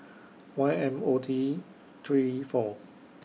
Y M O T three four